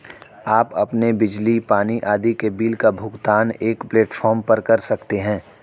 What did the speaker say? आप अपने बिजली, पानी आदि के बिल का भुगतान एक प्लेटफॉर्म पर कर सकते हैं